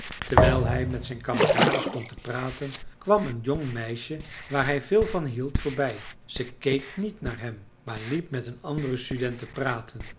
terwijl hij met zijn kameraden stond te praten kwam een jong meisje waar hij veel van hield voorbij ze keek niet naar hem maar liep met een anderen student te praten